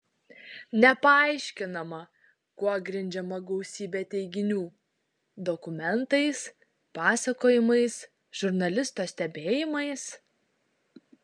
nepaaiškinama kuo grindžiama gausybė teiginių dokumentais pasakojimais žurnalisto stebėjimais